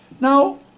Now